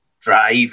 drive